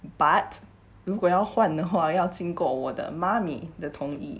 but 如果要换的话要经过我的 mummy 的同意